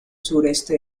sureste